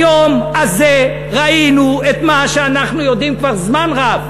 היום הזה ראינו את מה שאנחנו יודעים כבר זמן רב: